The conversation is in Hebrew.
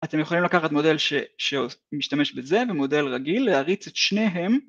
אתם יכולים לקחת מודל שמשתמש בזה ומודל רגיל, להריץ את שניהם